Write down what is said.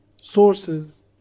sources